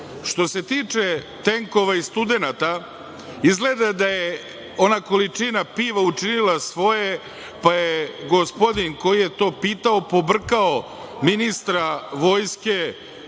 se tiče tenkova i studenata, izgleda da je ona količina piva učinila svoje, pa je gospodin koji je to pitao pobrkao ministra vojske